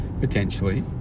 potentially